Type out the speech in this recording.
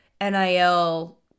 NIL